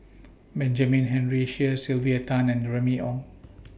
Benjamin Henry Sheares Sylvia Tan and Remy Ong